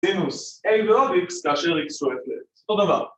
‫דנוס, אין לו אקס כאשר אקס ווי זד. ‫אותו דבר.